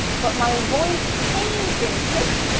but, my voice changed in pitch.